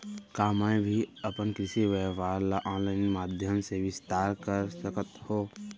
का मैं भी अपन कृषि व्यापार ल ऑनलाइन माधयम से विस्तार कर सकत हो?